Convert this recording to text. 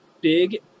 big